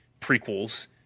prequels